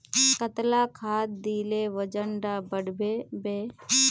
कतला खाद देले वजन डा बढ़बे बे?